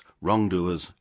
wrongdoers